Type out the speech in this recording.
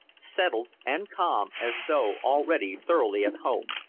settled and calm as though already thoroughly at home.